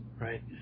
Right